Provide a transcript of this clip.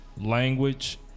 language